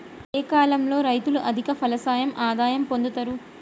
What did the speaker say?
ఏ కాలం లో రైతులు అధిక ఫలసాయం ఆదాయం పొందుతరు?